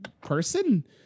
person